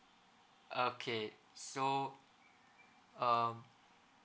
okay so um